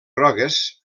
grogues